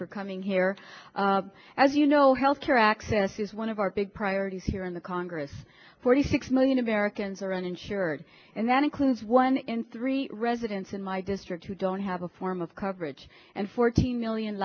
for coming here as you know health care access is one of our big priorities here in the congress forty six million americans are uninsured and that includes one in three residents in my district who don't have a form of coverage and fourteen million